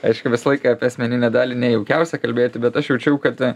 aišku visą laiką apie asmeninę dalį nejaukiausia kalbėti bet aš jaučiau kad